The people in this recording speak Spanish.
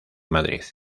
madrid